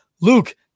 Luke